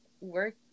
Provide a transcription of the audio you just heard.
Work